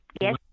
Yes